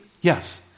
Yes